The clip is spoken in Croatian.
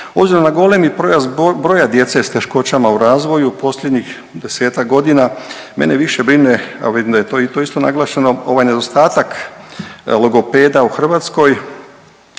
Obzirom na golemi porast broja djece s teškoćama u razvoju posljednjih 10-ak godina, mene više brine, a vidim da je to i u tu isto naglašeno, ovaj nedostatak logopeda u Hrvatskoj,